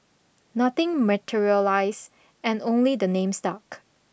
nothing materialised and only the name stuck